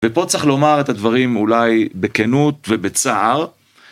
ופה צריך לומר את הדברים אולי בכנות ובצער.